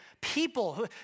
people